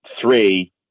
three